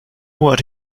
what